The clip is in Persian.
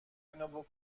اینو